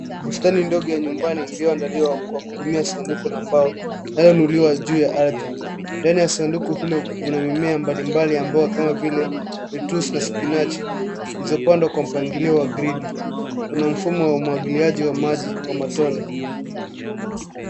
Bustani ndogo ya nyumbani iliyoandaliwa kwa kutumia sanduku la mbao, inayoinuliwa juu ya ardhi. Ndani ya sanduku hilo kuna mimea mbalimbali ambayo kama vile lettuce na sipinachi, zilizopandwa kwa mpangilio wa gredi. Kuna mfumo wa umwagiliaji wa maji, wa matone.